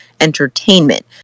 entertainment